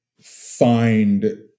find